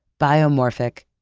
biomorphic,